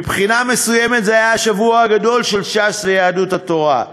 מבחינה מסוימת זה היה השבוע הגדול של ש"ס ויהדות התורה.